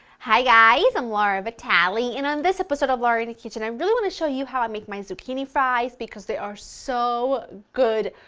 hi guys, i'm laura vitale and on this episode of laura in the kitchen i really want to show you how to make my zucchini fries because they are so good!